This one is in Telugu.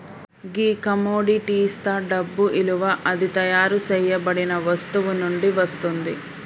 గీ కమొడిటిస్తా డబ్బు ఇలువ అది తయారు సేయబడిన వస్తువు నుండి వస్తుంది